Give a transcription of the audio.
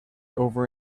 over